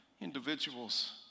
individuals